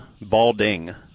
balding